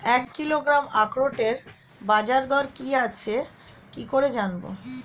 এক কিলোগ্রাম আখরোটের বাজারদর কি আছে কি করে জানবো?